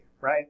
right